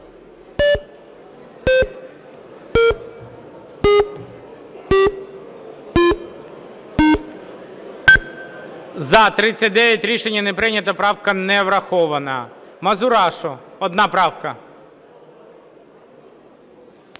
За-39 Рішення не прийнято. Правка не врахована. Мазурашу - одна правка.